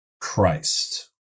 Christ